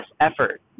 effort